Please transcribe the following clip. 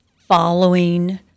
following